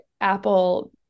Apple